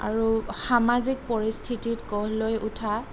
আৰু সামাজিক পৰিস্থিতিত গঢ় লৈ উঠা